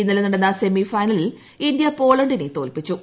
ഇന്നലെ നടന്ന സെമി ഫൈനലിൽ ഇന്ത്യ പോള ണ്ടിനെ തോൽപ്പിച്ചു